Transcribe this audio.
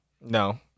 No